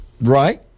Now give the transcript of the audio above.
right